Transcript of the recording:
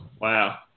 Wow